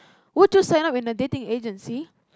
would you sign up in a dating agency